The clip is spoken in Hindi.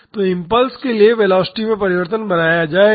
तो इम्पल्स के लिए वेलोसिटी में परिवर्तन बनाया जाएगा